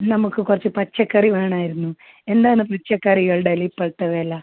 നമുക്ക് കുറച്ച് പച്ചക്കറി വേണമായിരുന്നു എന്താണ് പച്ചകറികളുടെയെല്ലാം ഇപ്പോളത്തെ വില